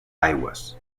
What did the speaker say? aigües